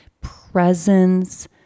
presence